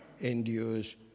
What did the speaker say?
endures